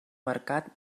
mercat